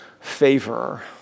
favor